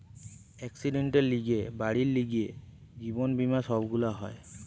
একসিডেন্টের লিগে, বাড়ির লিগে, জীবন বীমা সব গুলা হয়